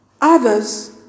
others